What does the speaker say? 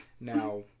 now